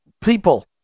people